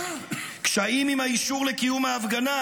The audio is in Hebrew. קשיים עם האישור לקיום ההפגנה,